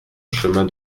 chemin